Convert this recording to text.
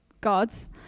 gods